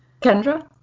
Kendra